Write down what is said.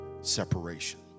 separation